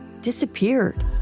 disappeared